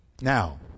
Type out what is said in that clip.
Now